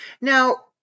Now